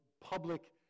public